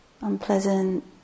unpleasant